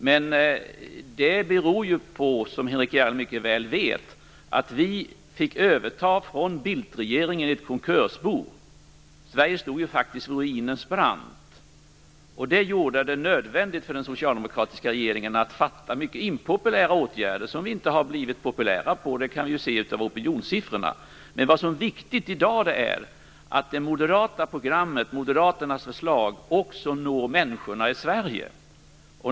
Men det beror ju, som Henrik S Järrel mycket väl vet, på att vi fick överta ett konkursbo från Bildtregeringen. Sverige stod faktiskt vid ruinens brant. Det gjorde det nödvändigt för den socialdemokratiska regeringen att vidta mycket impopulära åtgärder. Att vi inte har blivit populära av dem kan vi se på opinionssiffrorna. Men vad som är viktigt i dag är att det moderata programmet, Moderaternas förslag, når människorna i Sverige.